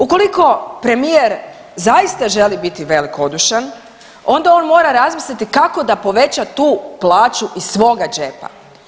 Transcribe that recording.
Ukoliko premijer zaista želi biti velikodušan onda on mora razmisliti kako da poveća tu plaću iz svoga džepa.